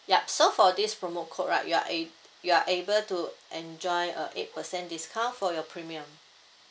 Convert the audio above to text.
yup so for this promo code right you are ab~ you are able to enjoy a eight percent discount for your premium